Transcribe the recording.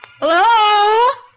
Hello